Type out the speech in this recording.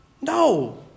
No